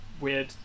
weird